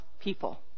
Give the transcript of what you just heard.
people